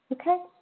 Okay